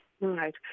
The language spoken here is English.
Right